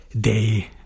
day